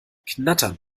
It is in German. knatternd